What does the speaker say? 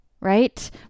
right